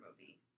movie